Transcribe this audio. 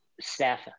staff